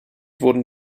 wurden